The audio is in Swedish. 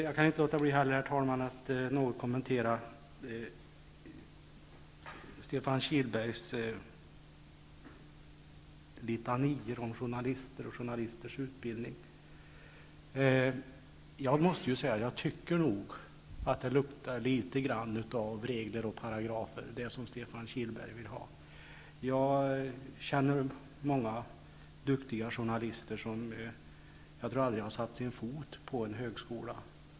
Jag kan inte heller, herr talman, låta bli att något kommentera Stefan Kihlbergs litanior om journalister och journalisters utbildning. Jag tycker nog att det som Stefan Kihlberg vill ha luktar litet grand av regler och paragrafer. Jag känner många duktiga journalister, som jag tror aldrig har satt sin fot på en högskola.